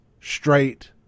straight